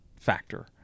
factor